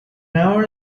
hour